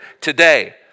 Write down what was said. today